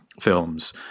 films